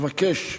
ולבקש: